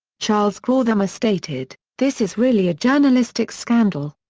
charles krauthammer stated, this is really a journalistic scandal.